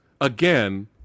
again